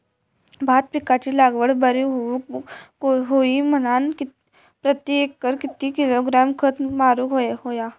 भात पिकाची लागवड बरी होऊक होई म्हणान प्रति एकर किती किलोग्रॅम खत मारुक होया?